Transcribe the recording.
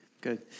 Good